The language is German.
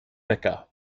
wecker